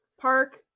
park